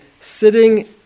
sitting